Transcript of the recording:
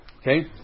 okay